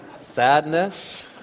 sadness